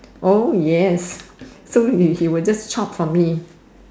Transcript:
oh yes so he will just chop for me